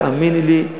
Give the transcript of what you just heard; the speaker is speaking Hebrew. תאמיני לי,